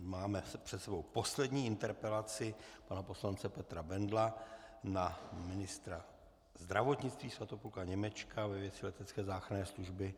Máme před sebou poslední interpelaci pana poslance Petra Bendla na ministra zdravotnictví Svatopluka Němečka ve věci letecké záchranné služby.